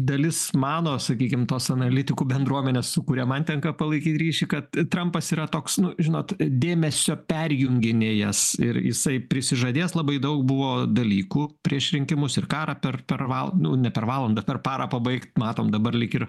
dalis mano sakykim tos analitikų bendruomenės su kuria man tenka palaikyt ryšį kad trampas yra toks nu žinot dėmesio perjunginėjęs ir jisai prisižadėjęs labai daug buvo dalykų prieš rinkimus ir karą per per val nu ne per valandą per parą pabaigt matom dabar lyg ir